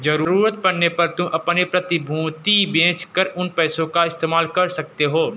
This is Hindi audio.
ज़रूरत पड़ने पर तुम अपनी प्रतिभूति बेच कर उन पैसों का इस्तेमाल कर सकते हो